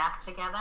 together